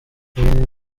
ibi